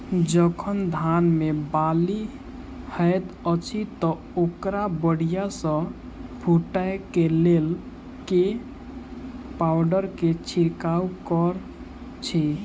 जखन धान मे बाली हएत अछि तऽ ओकरा बढ़िया सँ फूटै केँ लेल केँ पावडर केँ छिरकाव करऽ छी?